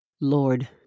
Lord